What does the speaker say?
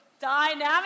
dynamic